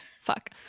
Fuck